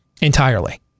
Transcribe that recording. Entirely